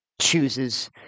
chooses